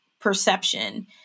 Perception